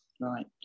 Right